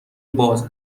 باز